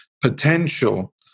potential